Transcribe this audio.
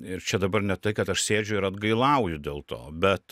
ir čia dabar ne tai kad aš sėdžiu ir atgailauju dėl to bet